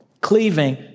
Cleaving